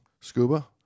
scuba